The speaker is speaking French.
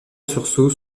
sursaut